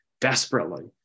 desperately